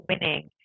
winning